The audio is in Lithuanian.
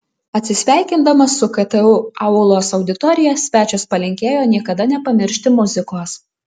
atsisveikindamas su ktu aulos auditorija svečias palinkėjo niekada nepamiršti muzikos